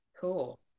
cool